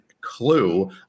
clue